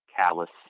callous